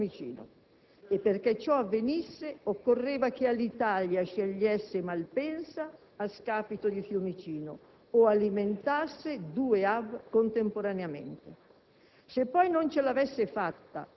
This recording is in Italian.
Scelte e comportamenti tutti interni alla logica di realizzare a Malpensa un aeroporto *hub* a tutti i costi, ci stia o non ci stia, con o senza Fiumicino.